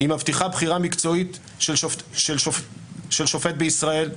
היא מבטיחה בחירה מקצועית של שופט בישראל,